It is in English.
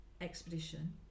expedition